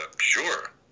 sure